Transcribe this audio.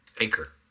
Anchor